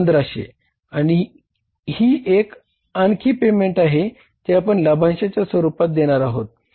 1500 आणि ही एक आणखी पेमेंट आहे जी आपण लाभांशाचा स्वरूपात देणार आहोत